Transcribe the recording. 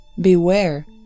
Beware